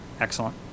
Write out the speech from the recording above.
excellent